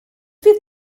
fydd